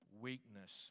weakness